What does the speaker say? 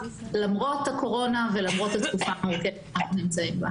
למרות הקורונה ולמרות התקופה המורכבת בה אנחנו נמצאים.